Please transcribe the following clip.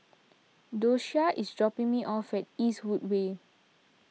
Doshia is dropping me off at Eastwood Way